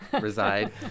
reside